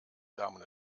damen